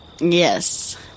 Yes